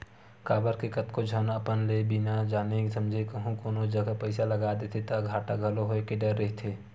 काबर के कतको झन अपन ले बिना जाने समझे कहूँ कोनो जगा पइसा लगा देथे ता घाटा घलो होय के डर रहिथे